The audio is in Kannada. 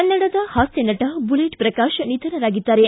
ಕನ್ನಡದ ಹಾಸ್ತ ನಟ ಬುಲೆಟ್ ಪ್ರಕಾಶ್ ನಿಧನರಾಗಿದ್ದಾರೆ